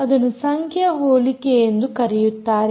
ಅದನ್ನು ಸಂಖ್ಯಾ ಹೋಲಿಕೆ ಎಂದು ಕರೆಯುತ್ತಾರೆ